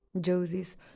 Josie's